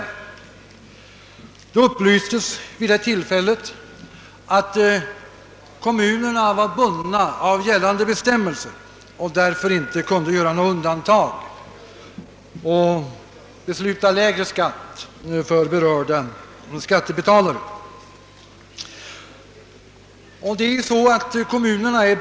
Det upplystes då att kommunerna var bundna av gällande bestämmelser och därför inte kunde göra några undantag och besluta om lägre skatt för berörda personer.